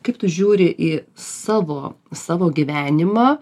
kaip tu žiūri į savo savo gyvenimą